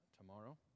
tomorrow